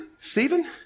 Stephen